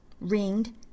ringed